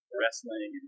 wrestling